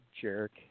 jerk